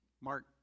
Mark